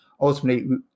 Ultimately